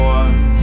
one